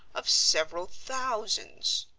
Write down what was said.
of several thousands.